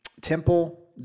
temple